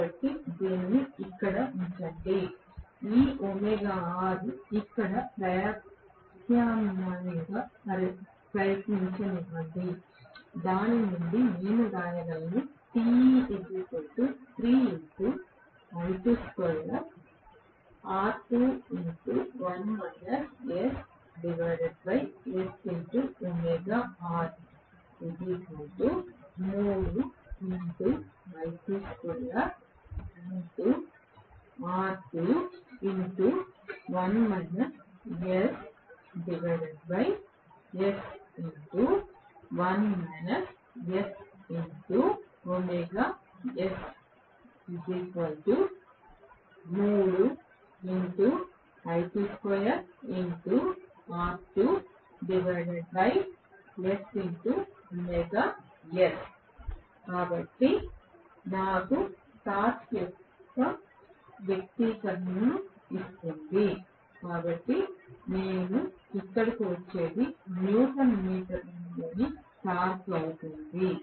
కాబట్టి దీనిని ఇక్కడ ఉంచనివ్వండి ఈ ωr ఇక్కడ ప్రత్యామ్నాయంగా ప్రయత్నించనివ్వండి దాని నుండి నేను వ్రాయగలను కాబట్టి ఇది నాకు టార్క్ యొక్క వ్యక్తీకరణను ఇస్తుంది కాబట్టి నేను ఇక్కడకు వచ్చేది న్యూటన్ మీటర్లలోని టార్క్ అవుతుంది